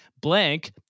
blank